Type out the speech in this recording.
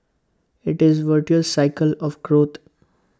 IT is A virtuous cycle of growth